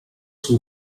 seu